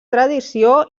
tradició